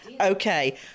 Okay